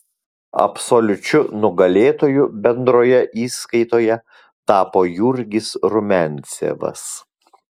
absoliučiu nugalėtoju bendroje įskaitoje tapo jurgis rumiancevas